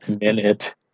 minute